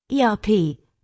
ERP